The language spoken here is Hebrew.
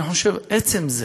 אני חושב שעצם זה